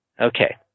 Okay